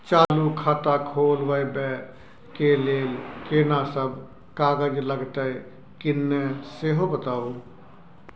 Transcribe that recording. चालू खाता खोलवैबे के लेल केना सब कागज लगतै किन्ने सेहो बताऊ?